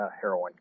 heroin